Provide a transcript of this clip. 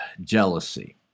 jealousy